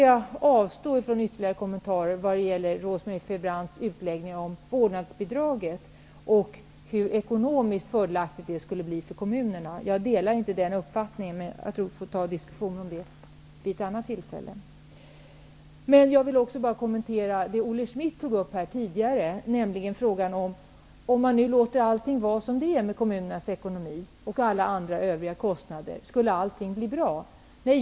Jag avstår från ytterligare kommentarer kring Rose-Marie Frebrans utläggning om vårdnadsbidraget och hur ekonomiskt fördelaktigt det skulle bli för kommunerna. Jag delar inte den uppfattningen, men jag tror att vi får ta diskussionen om det vid ett annat tillfälle. Olle Schmidt hävdade tidigare i debatten, att om man låter allt vara som det är i fråga om kommunernas ekonomi och alla andra övriga kostnader skulle allting bli bra.